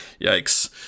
Yikes